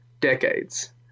decades